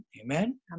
Amen